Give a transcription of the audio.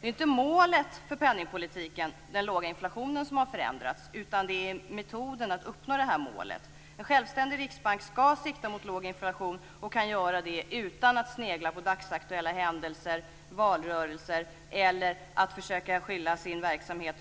Det är inte målet för penningpolitiken, den låga inflationen, som har förändrats, utan det är metoden för att uppnå målet. En självständig riksbank skall sikta mot låg inflation, och den kan göra det utan att snegla på dagsaktuella händelser, valrörelser eller att försöka skylla sin verksamhet